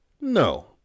No